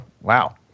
Wow